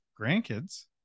grandkids